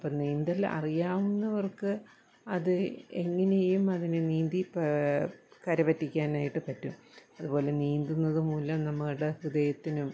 അപ്പോൾ നീന്തൽ അറിയാവുന്നവർക്ക് അത് എങ്ങനെയും അതിനെ നീന്തി പേ കരപറ്റിക്കാനായിട്ട് പറ്റും അതു പോലെ നീന്തുന്നതു മൂലം നമ്മുടെ ഹൃദയത്തിനും